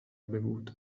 bevuto